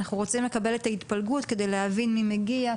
אנחנו רוצים לקבל את ההתפלגות כדי להבין מי מגיע,